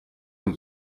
und